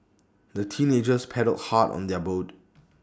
the teenagers paddled hard on their boat